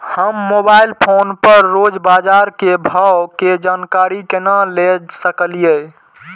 हम mobile phone पर रोज बाजार के भाव के जानकारी केना ले सकलिये?